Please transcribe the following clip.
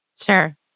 Sure